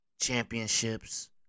championships